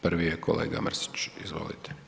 Prvi je kolega Mrsić, izvolite.